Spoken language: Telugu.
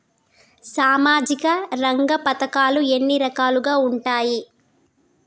సామాజిక రంగ పథకాలు ఎన్ని రకాలుగా ఉంటాయి?